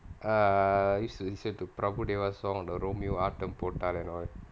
uh you should to prabu deva song or the romeo ஆட்டம் போட்டால்:aattam pottaal and all